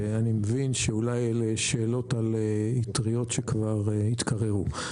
אני מבין שאולי אלה שאלות על אטריות שכבר התקררו,